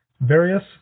various